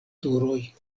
turoj